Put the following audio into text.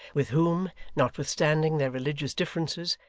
with whom, notwithstanding their religious differences,